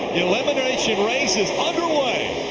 elimination race is underway.